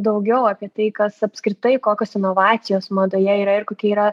daugiau apie tai kas apskritai kokios inovacijos madoje yra ir kokia yra